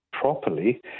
properly